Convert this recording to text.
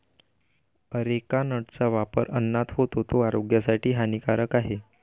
areca नटचा वापर अन्नात होतो, तो आरोग्यासाठी हानिकारक आहे